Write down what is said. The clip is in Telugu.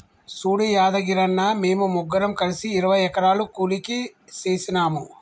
సూడు యాదగిరన్న, మేము ముగ్గురం కలిసి ఇరవై ఎకరాలు కూలికి సేసినాము